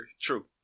true